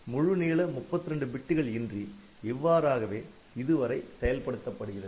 முழுநீள 32 பிட்டுகள் இன்றி இவ்வாறாகவே இதுவரை செயல்படுத்தப்படுகிறது